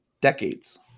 Decades